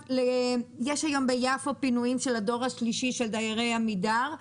יש היום ביפו פינויים של הדור השלישי של דיירי עמידר,